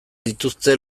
dituzte